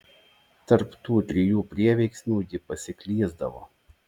tarp tų trijų prieveiksmių ji pasiklysdavo